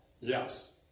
Yes